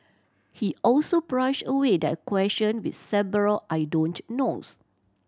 he also brushed away their question with several I don't knows